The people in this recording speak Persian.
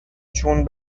چون